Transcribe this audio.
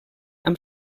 amb